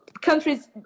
countries